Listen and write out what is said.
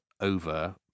over